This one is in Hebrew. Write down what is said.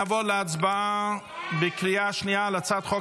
נעבור להצבעה בקריאה שנייה על הצעת חוק